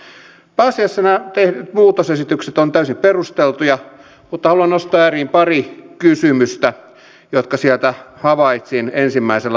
pääasiassa nämä tehdyt muutosesitykset ovat täysin perusteltuja mutta haluan nostaa esiin pari kysymystä jotka sieltä havaitsin ensimmäisellä lukukierroksella